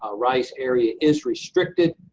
ah rice area is restricted.